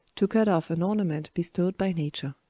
to cut off an ornament bestowed by nature.